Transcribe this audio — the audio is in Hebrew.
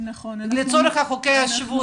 לצורך חוקי השבות,